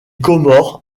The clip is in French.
comores